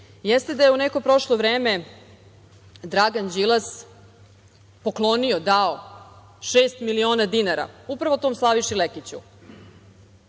jeste da je u neko prošlo vreme Dragan Đilas poklonio, dao šest miliona dinara upravo tom Slaviši Lekiću.